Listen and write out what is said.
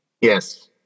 yes